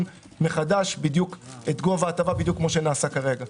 מחדש בדיוק את גובה ההטבה כפי שנעשה כרגע.